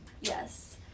Yes